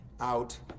out